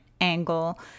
angle